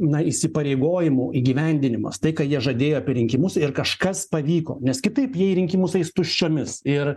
na įsipareigojimų įgyvendinimas tai ką jie žadėjo per rinkimus ir kažkas pavyko nes kitaip jie į rinkimus eis tuščiomis ir